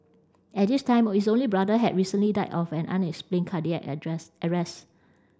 at this time his only brother had recently died of an unexplained cardiac address arrest